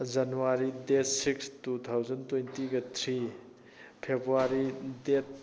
January date six two thousand ꯇꯣꯏꯟꯇꯤꯒ three February ꯗꯦꯗ